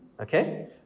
okay